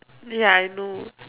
ya I know